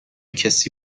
کسی